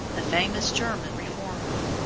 the famous german reformer.